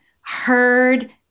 heard